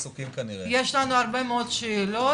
יש לנו הרבה מאוד שאלות,